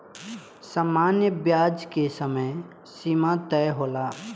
सामान्य ब्याज के समय सीमा तय होला